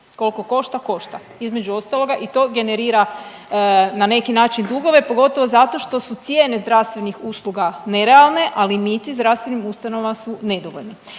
Koliko košta, košta. Između ostaloga i to generira na neki način dugove pogotovo zato što su cijene zdravstvenih usluga nerealne a limiti zdravstvenim ustanovama su nedovoljne.